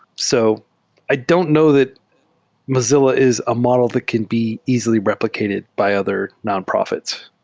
so i don't know that mozi lla is a model that can be easily replicated by other nonprofits.